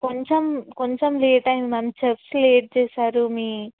కొంచెం కొంచెం లేట్ అయింది మ్యామ్ చెఫ్స్ లేట్ చేశారు మీ